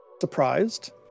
surprised